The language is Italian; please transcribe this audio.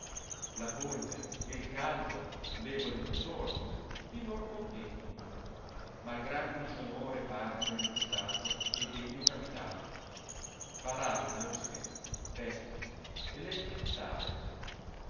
la polve e il caldo tavole d'intorno di ìor contento ma gran disonore farmi al mio stato e degno capitale parar le mosche vespi e le cenzale